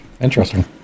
Interesting